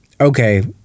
okay